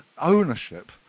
ownership